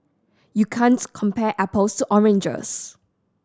you can't compare apples to oranges